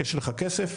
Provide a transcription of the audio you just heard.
יש לך כסף?